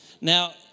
Now